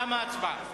תמה ההצבעה.